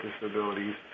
disabilities